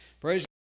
Praise